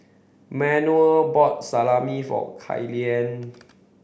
Manuel bought Salami for Killian